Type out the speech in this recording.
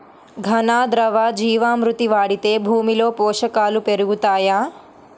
ఘన, ద్రవ జీవా మృతి వాడితే భూమిలో పోషకాలు పెరుగుతాయా?